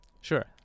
Sure